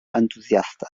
entuzjastę